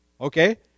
Okay